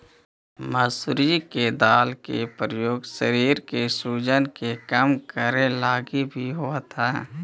मसूरी के दाल के प्रयोग शरीर के सूजन के कम करे लागी भी होब हई